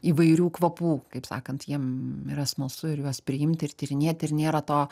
įvairių kvapų kaip sakant jiem yra smalsu ir juos priimti ir tyrinėti ir nėra to